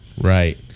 right